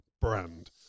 brand